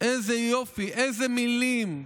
איזה יופי, איזה מילים.